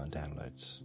downloads